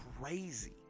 crazy